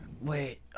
Wait